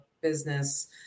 business